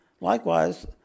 likewise